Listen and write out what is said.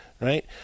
right